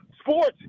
sports